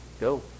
Go